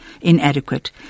Inadequate